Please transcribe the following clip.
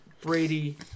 Brady